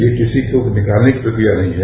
ये किसी को निकालने की प्रक्रिया नहीं है